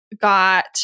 got